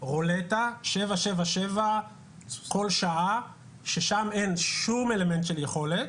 רולטה 777 כל שעה ששם אין שום אלמנט של יכולת,